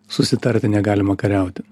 susitarti negalima kariauti